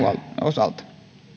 osalta